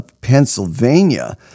Pennsylvania